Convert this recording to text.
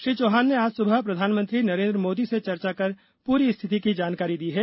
श्री चौहान ने आज सुबह प्रधानमंत्री नरेंद्र मोदी से चर्चा कर प्ररी स्थिति की जानकारी दी है